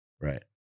right